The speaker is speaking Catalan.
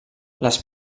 les